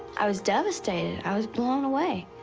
i was devastated. i was blown away.